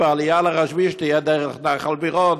שהעלייה לרשב"י תהיה דרך נחל מירון,